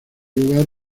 lugar